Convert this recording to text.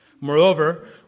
Moreover